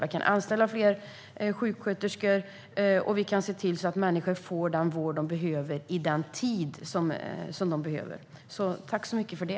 Vi kan anställa fler sjuksköterskor och se till att människor får den vård de behöver när de behöver den. Tack så mycket för det!